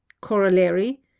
Corollary